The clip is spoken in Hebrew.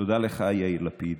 תודה לך, יאיר לפיד,